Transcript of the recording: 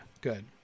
good